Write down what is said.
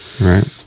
right